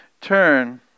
turn